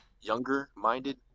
younger-minded